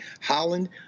Holland